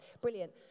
Brilliant